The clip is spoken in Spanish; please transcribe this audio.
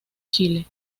chile